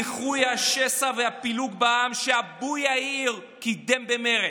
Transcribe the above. איחוי השסע והפילוג בעם שאבו יאיר קידם במרץ.